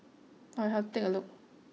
I'll have to take a look